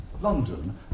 London